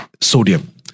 Sodium